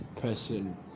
person